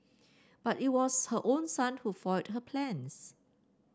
but it was her own son who foiled her plans